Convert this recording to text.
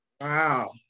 Wow